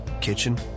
kitchen